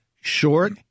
short